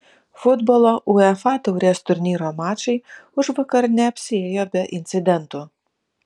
futbolo uefa taurės turnyro mačai užvakar neapsiėjo be incidentų